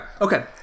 Okay